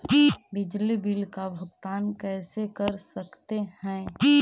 बिजली बिल का भुगतान कैसे कर सकते है?